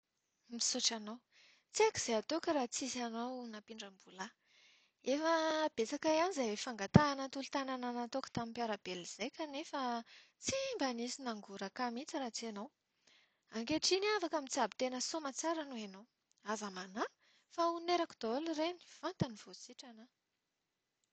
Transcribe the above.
Misaotra anao. Tsy haiko izay hataoko raha tsisy anao nampindram-bola ahy. Efa betsaka ihany izay fangatahana tolo-tanana nataoko tamin'ny mpiara-belona izay kanefa tsy mba nisy nangoraka ahy mihitsy raha tsy ianao. Ankehitriny aho afaka mitsabo tena soa aman-tsara noho ianao. Aza manahy fa onerako daholo ireny vantany vao sitrana aho.